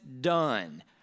done